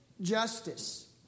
justice